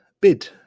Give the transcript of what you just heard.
bid